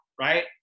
right